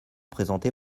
présenté